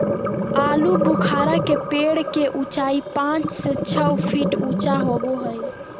आलूबुखारा के पेड़ के उचाई पांच से छह फीट ऊँचा होबो हइ